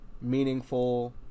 meaningful